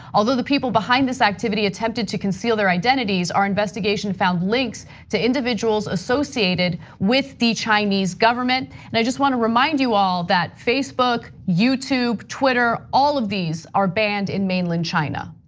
although the people behind this activity attempted to conceal their identities, our investigation found links to individuals associated with the chinese government. and i just wanna remind you all that facebook, youtube, twitter all of these are banned in mainland china.